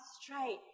straight